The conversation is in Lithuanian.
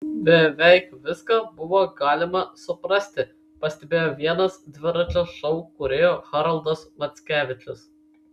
beveik viską buvo galima suprasti pastebėjo vienas dviračio šou kūrėjų haroldas mackevičius